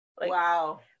wow